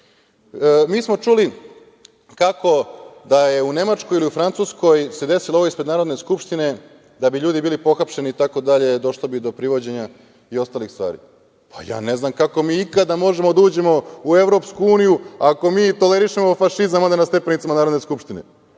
to. Mi smo čuli kako da je u Nemačkoj ili Francuskoj se desilo ovo ispred Narodne skupštine da bi ljudi bili pohapšeni i tako dalje, došlo bi do privođenja i ostalih stvari. Pa, ja ne znam kako mi ikada možemo da uđemo u EU ako mi tolerišemo fašizam na stepenicima Narodne skupštine.